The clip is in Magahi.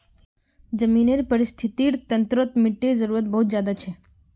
ज़मीनेर परिस्थ्तिर तंत्रोत मिटटीर जरूरत बहुत ज़्यादा छे